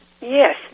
Yes